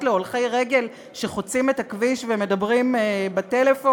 להולכי רגל שחוצים את הכביש ומדברים בטלפון?